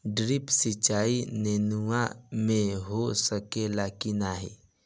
Drip सिंचाई नेनुआ में हो सकेला की नाही?